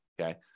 okay